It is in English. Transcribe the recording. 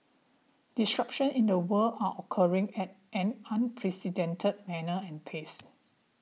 disruptions in the world are occurring at an unprecedented manner and pace